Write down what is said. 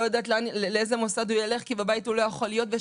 יודעת לאיזה מוסד הוא ילך כי הוא לא יכול להיות בבית,